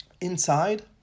inside